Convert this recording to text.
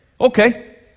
Okay